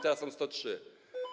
Teraz są 103.